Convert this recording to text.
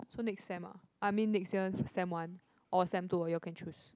so next sem ah I mean next year sem one or sem two or you all can choose